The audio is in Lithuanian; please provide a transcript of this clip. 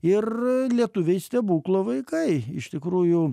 ir lietuviai stebuklo vaikai iš tikrųjų